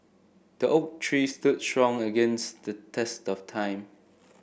the oak tree stood strong against the test of time